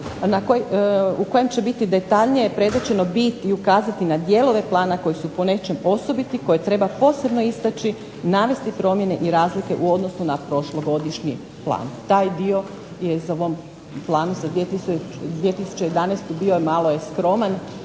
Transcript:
u kojem će biti detaljnije predočeno bit i ukazati na dijelove plana koji su po nečem osobiti, koje treba posebno istači, navesti promjene i razlike u odnosu na prošlogodišnji plan. Taj dio je i u ovom planu za 2011. bio malo i skroman.